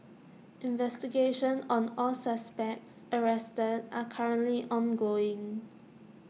investigations on all suspects arrested are currently ongoing